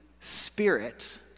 spirit